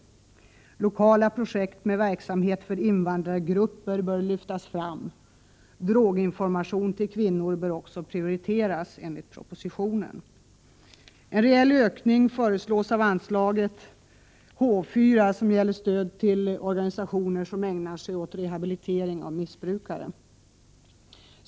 Lokala projekt med verksamhet för invandrargrupper bör lyftas fram. Droginformation till kvinnor bör också prioriteras enligt propositionen. En rejäl ökning föreslås av anslaget H 4, som gäller stöd till organisationer som ägnar sig åt rehabilitering av missbrukare.